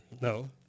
No